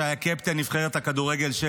שהיה קפטן נבחרת הכדורגל של